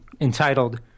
entitled